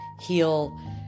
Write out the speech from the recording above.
heal